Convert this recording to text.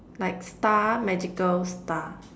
like star magical star